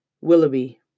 Willoughby